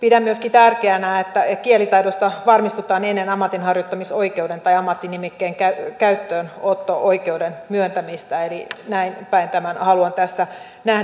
pidän myöskin tärkeänä että kielitaidosta varmistutaan ennen ammatinharjoittamisoikeuden tai ammattinimikkeen käyttöönotto oikeuden myöntämistä eli näinpäin tämän haluan tässä nähdä